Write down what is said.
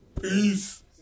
Peace